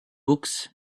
books